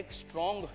strong